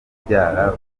kubyara